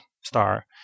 star